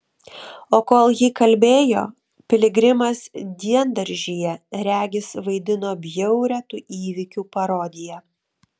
o kol ji kalbėjo piligrimas diendaržyje regis vaidino bjaurią tų įvykių parodiją